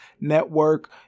network